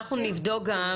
אנחנו נבדוק גם,